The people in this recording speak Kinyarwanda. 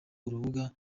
urubuga